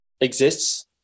exists